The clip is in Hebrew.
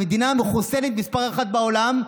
המדינה המחוסנת מס' אחת בעולם,